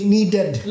Needed